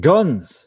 Guns